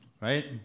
Right